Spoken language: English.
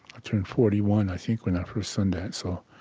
i turned forty one, i think, when i first sun danced. so